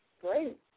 Great